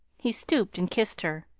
he stooped and kissed her,